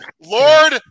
Lord